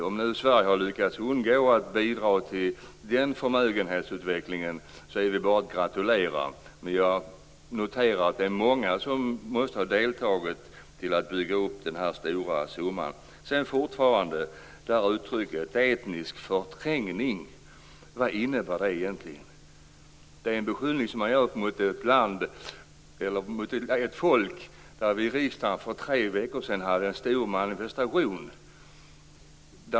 Om nu Sverige har lyckats undgå att bidra till den förmögenhetsutvecklingen så är det bara att gratulera. Men jag noterar att det är många som måste ha deltagit till att bygga upp denna stora summa. Sedan undrar jag fortfarande vad uttrycket etnisk förträngning innebär egentligen. Det är en beskyllning som man har gjort mot ett folk. För tre veckor sedan hade vi här i riksdagen en stor manifestation.